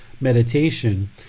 meditation